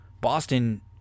Boston